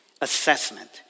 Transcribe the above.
assessment